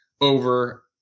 over